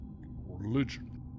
Religion